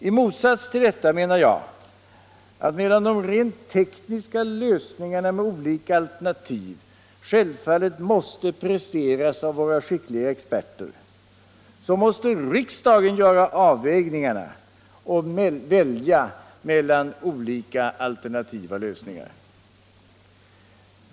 I motsats till detta menar jag att medan de rent tekniska lösningarna med olika alternativ självfallet skall presteras av våra skickliga experter måste riksdagen göra avvägningarna och välja mellan olika alternativa lösningar.